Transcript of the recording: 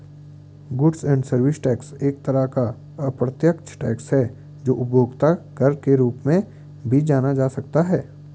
goods and service tax एक तरह का अप्रत्यक्ष टैक्स है जो उपभोक्ता कर के रूप में भी जाना जा सकता है